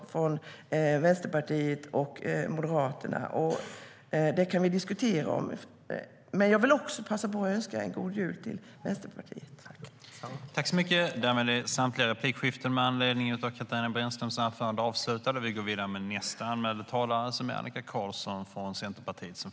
Det kan vi diskutera. Jag vill också passa på att önska en god jul till Vänsterpartiet.